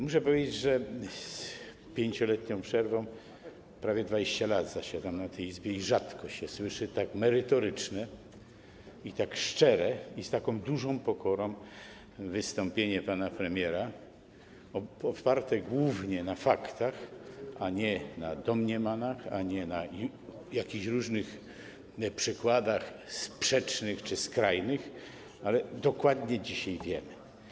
Muszę powiedzieć, że z 5-letnią przerwą prawie 20 lat zasiadam w tej Izbie i rzadko się słyszy tak merytoryczne, tak szczere i z taką dużą pokorą wystąpienie pana premiera, oparte głównie na faktach - nie na domniemaniach, nie na jakichś różnych przykładach sprzecznych czy skrajnych, ale na tym, co dokładnie dzisiaj wiemy.